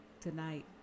tonight